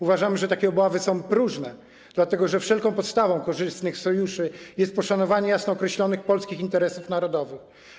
Uważamy, że takie obawy są próżne, dlatego że wszelką podstawą korzystnych sojuszy jest poszanowanie jasno określonych polskich interesów narodowych.